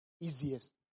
easiest